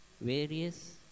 various